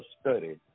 study